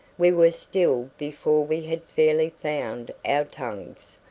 we were still before we had fairly found our tongues.